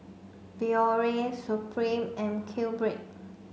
Biore Supreme and QBread